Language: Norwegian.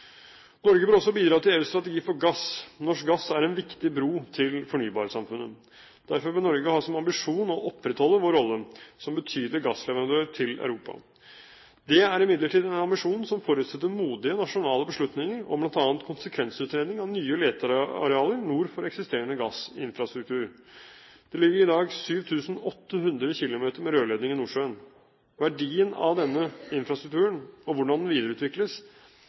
Norge bør også bidra til EUs strategi for gass. Norsk gass er en viktig bro til fornybarsamfunnet. Derfor bør Norge ha som ambisjon å opprettholde sin rolle som betydelig gassleverandør til Europa. Det er imidlertid en ambisjon som forutsetter modige nasjonale beslutninger om bl.a. konsekvensutredning av nye letearealer nord for eksisterende gassinfrastruktur. Det ligger i dag 7 800 km med rørledning i Nordsjøen. Verdien av denne infrastrukturen – hvordan den videreutvikles